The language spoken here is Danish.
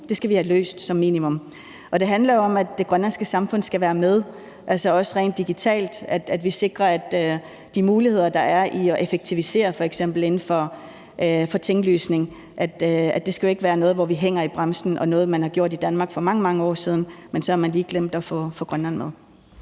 det skal vi have løst – som minimum. Det handler jo om, at det grønlandske samfund skal være med, altså også rent digitalt – at vi sikrer, at de muligheder, der er i at effektivisere f.eks. inden for tinglysning, ikke skal være noget, hvor vi hænger i bremsen, og som er noget, man har gjort i Danmark for mange, mange år siden, men hvor man så lige har glemt at få Grønland med.